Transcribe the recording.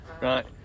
right